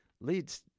leads